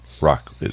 rock